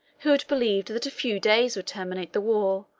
who had believed that a few days would terminate the war,